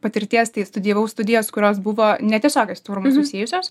patirties tai studijavau studijas kurios buvo netiesiogiai su tvarumu susijusios